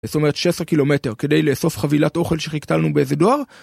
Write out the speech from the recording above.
זאת אומרת 16 קילומטר כדי לאסוף חבילת אוכל שחיכתה לנו באיזה דואר?